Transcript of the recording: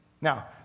Now